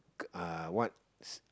k~ uh what